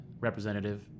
representative